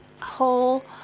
whole